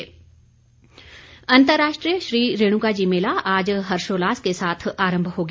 रेणुका अंतर्राष्ट्रीय श्री रेणुका जी मेला आज हर्षोल्लास के साथ आरंभ हो गया